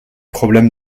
problèmes